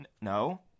No